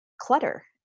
clutter